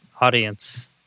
audience